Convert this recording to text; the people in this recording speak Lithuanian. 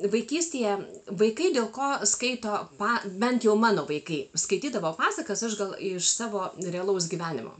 vaikystėje vaikai dėl ko skaito pa bent jau mano vaikai skaitydavo pasakas aš gal iš savo realaus gyvenimo